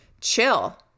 chill